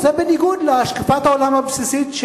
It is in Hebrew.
זה בניגוד להשקפת העולם הבסיסית,